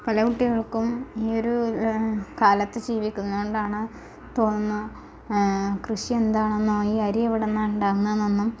പല കുട്ടികൾക്കും ഈ ഒരു കാലത്ത് ജീവിക്കുന്നതുകൊണ്ടാണ് തോന്നുന്നു കൃഷി എന്താണെന്നോ ഈ അരി എവിടുന്നാണ് ഉണ്ടാവുന്നതെന്നൊന്നും